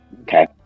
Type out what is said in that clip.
Okay